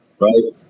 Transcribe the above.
Right